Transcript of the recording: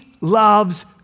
loves